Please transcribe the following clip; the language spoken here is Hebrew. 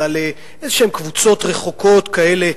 אלא לאיזשהן קבוצות רחוקות כאלה,